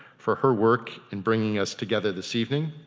for her work in bringing us together this evening.